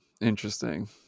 Interesting